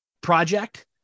project